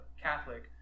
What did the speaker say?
Catholic